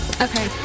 Okay